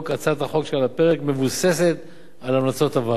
הצעת החוק שעל הפרק מבוססת על המלצות הוועדה.